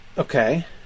Okay